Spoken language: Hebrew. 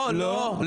לא, לא.